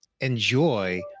enjoy